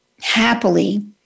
happily